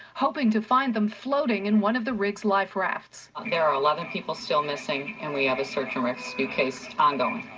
hoping to find them floating in one of the rig's life-rafts. there are a lot of people still missing and we have a search and rescue case ongoing.